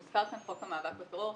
הוזכר כאן חוק המאבק בטרור,